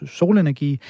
solenergi